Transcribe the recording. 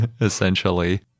essentially